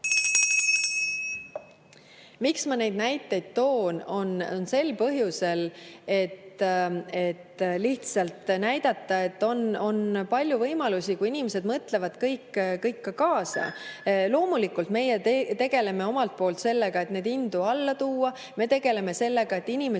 Ma toon neid näiteid sel põhjusel, et lihtsalt näidata, et on palju võimalusi, kui inimesed mõtlevad kõik kaasa. Loomulikult, meie tegeleme omalt poolt sellega, et neid hindu alla tuua. Me tegeleme sellega, et inimesi